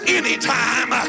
anytime